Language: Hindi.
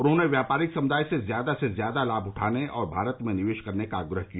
उन्होंने व्यापारिक समुदाय से ज़्यादा से ज़्यादा लाभ उठाने और भारत में निवेश करने का आग्रह किया